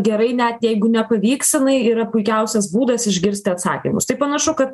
gerai net jeigu nepavyks jinai yra puikiausias būdas išgirsti atsakymus tai panašu kad